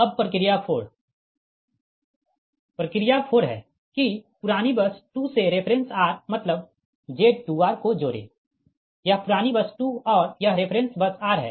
अब प्रक्रिया 4 प्रक्रिया 4 है कि पुरानी बस 2 से रेफ़रेंस r मतलब Z2r को जोड़े यह पुरानी बस 2 और यह रेफ़रेंस बस r है